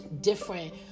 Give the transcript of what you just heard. different